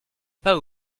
pas